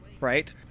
right